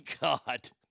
God